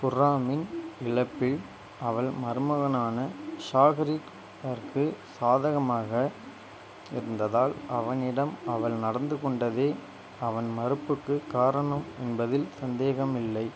குர்ராமின் இழப்பில் அவள் மருமகனான ஷாஹரிக்யாருக்கு சாதகமாக இருந்ததால் அவனிடம் அவள் நடந்து கொண்டதே அவன் மறுப்புக்குக் காரணம் என்பதில் சந்தேகமில்லை